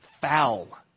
Foul